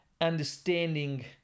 Understanding